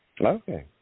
Okay